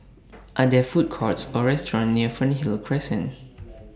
Are There Food Courts Or restaurants near Fernhill Crescent